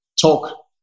talk